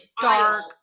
dark